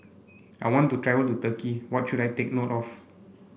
I want to travel to Turkey what should I take note of